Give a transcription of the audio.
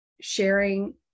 sharing